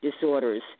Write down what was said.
disorders